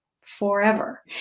forever